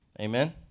Amen